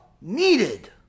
needed